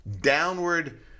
downward